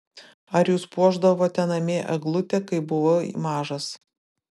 ar jūs puošdavote namie eglutę kai buvai mažas